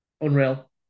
unreal